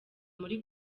muri